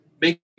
make